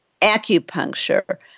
acupuncture